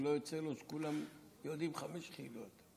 ולא יוצא לו שכולם יודעים חמש יחידות.